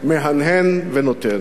מהנהן ונותן.